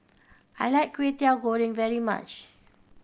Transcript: I like Kway Teow Goreng very much